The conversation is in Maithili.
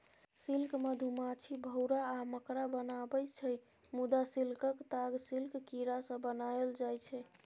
सिल्क मधुमाछी, भौरा आ मकड़ा बनाबै छै मुदा सिल्कक ताग सिल्क कीरासँ बनाएल जाइ छै